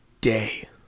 day